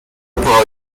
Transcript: پایان